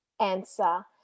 answer